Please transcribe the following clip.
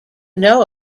know